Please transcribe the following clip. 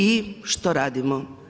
I što radimo?